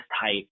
type